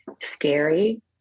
scary